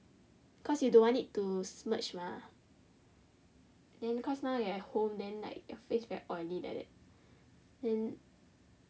cause you don't want it to smudge mah then cause now you at home then like your face very oily like that